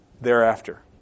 thereafter